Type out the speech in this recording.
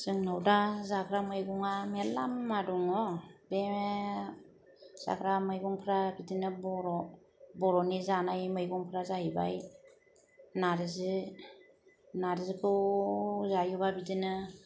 जोंनाव दा जाग्रा मैगङा मेला मुवा दङ बे जाग्रा मैगंफ्रा बिदिनो बर' बर'नि जानाय मैगंफोरा जाहैबाय नार्जि नार्जिखौ जायोबा बिदिनो